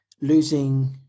losing